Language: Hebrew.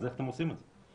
אז איך אתם עושים את זה?